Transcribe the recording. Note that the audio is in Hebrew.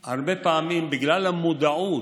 פעמים, בגלל המודעות,